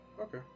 okay